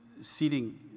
seating